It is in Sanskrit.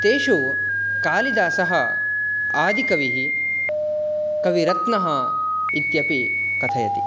तेषु कालिदासः आदिकविः कविरत्नः इत्यपि कथयति